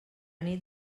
nit